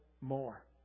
more